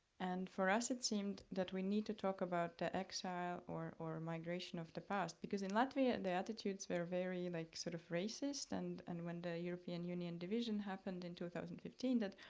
and for us, it seemed that we need to talk about the exile or or migration of the past, because in latvia the attitudes were very like sort of racist and and when the european union division happened in two thousand and fifteen, that,